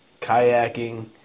kayaking